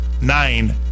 Nine